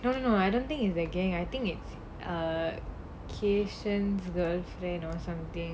no no no I don't think it's the gang I think it's err kayshen's girlfriend or something